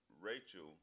Rachel